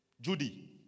Judy